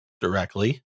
directly